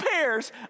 pairs